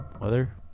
Weather